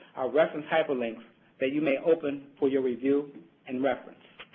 i'll reference hyperlinks that you may open for your review and reference.